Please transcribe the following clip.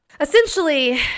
Essentially